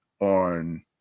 on